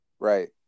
Right